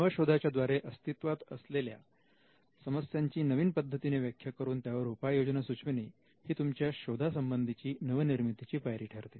नवशोधाच्या द्वारे अस्तित्वात असलेल्या समस्या ची नवीन पद्धतीने व्याख्या करून त्यावर उपाययोजना सुचविणे ही तुमच्या शोधा संबंधीची नवनिर्मितीची पायरी ठरते